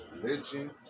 religion